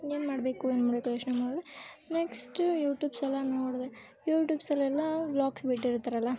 ಏನು ಮಾಡಬೇಕು ಏನು ಮಾಡಬೇಕು ಯೋಚನೆ ಮಾಡಿದೆ ನೆಕ್ಸ್ಟು ಯೂಟ್ಯೂಬ್ಸೆಲ್ಲ ನೋಡಿದೆ ಯೂಟ್ಯೂಬ್ಸಲ್ಲೆಲ್ಲ ವ್ಲಾಗ್ಸ್ ಬಿಟ್ಟಿರ್ತಾರಲ್ವ